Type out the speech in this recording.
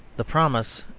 the promise,